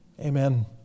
Amen